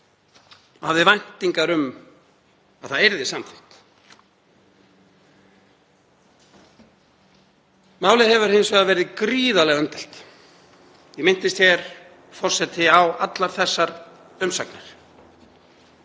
hafði væntingar um að það yrði samþykkt. Málið hefur hins vegar verið gríðarlega umdeilt. Ég minntist hér, forseti, á allar þessar umsagnir